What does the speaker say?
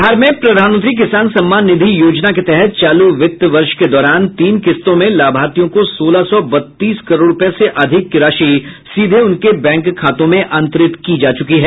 बिहार में प्रधानमंत्री किसान सम्मान निधि योजना के तहत चालू वित्त वर्ष के दौरान तीन किश्तों में लाभार्थियों को सोलह सौ बत्तीस करोड़ रूपये से अधिक की राशि सीधे उनके बैंक खातों में अंतरित की जा चुकी है